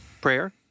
prayer